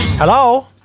Hello